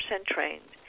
trained